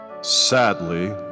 sadly